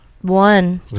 one